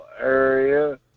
area